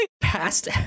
past